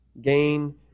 Gain